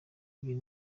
ibyo